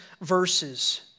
verses